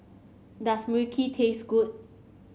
does Mui Kee taste good